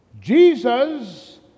Jesus